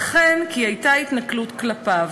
וכן כי הייתה התנכלות כלפיו.